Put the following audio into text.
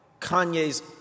Kanye's